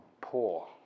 poor